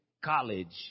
college